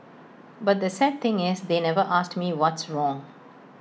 but the sad thing is they never asked me what's wrong